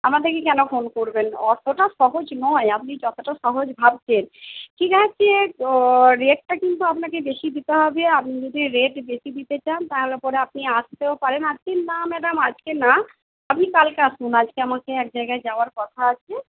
আমাদেরকে কেন ফোন করবেন অতটা সহজ নয় আপনি যতটা সহজ ভাবছেন ঠিক আছে তো রেটটা কিন্তু আপনাকে বেশি দিতে হবে আপনি যদি রেট বেশি দিতে চান তাহলে পরে আপনি আসতেও পারেন আজকে না ম্যাডাম আজকে না আপনি কালকে আসুন আজকে আমাকে এক জায়গায় যাওয়ার কথা আছে